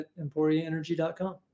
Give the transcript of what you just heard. EmporiaEnergy.com